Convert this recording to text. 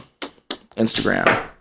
Instagram